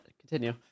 continue